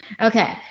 okay